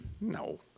No